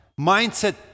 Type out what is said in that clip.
mindset